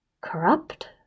corrupt